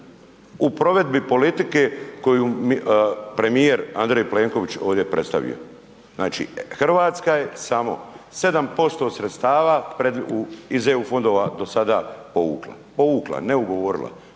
u provedbi politike koju je premijer Andrej Plenković ovdje predstavio. Znači Hrvatska je samo 7% sredstava iz EU fondova do sada povukla, povukla, ne ugovorila,